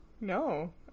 No